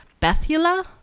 Bethula